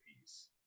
piece